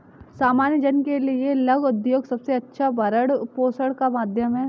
सामान्य जन के लिये लघु उद्योग सबसे अच्छा भरण पोषण का माध्यम है